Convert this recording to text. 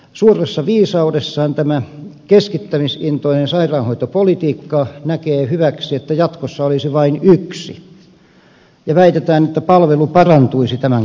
suuressa viisaudessaan tämä keskittämisintoinen sairaanhoitopolitiikka näkee hyväksi että jatkossa olisi vain yksi ja väitetään että palvelu parantuisi tämän kautta